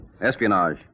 Espionage